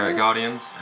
guardians